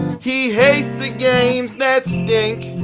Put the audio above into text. he hates the games that stink.